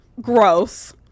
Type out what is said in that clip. gross